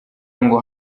ngo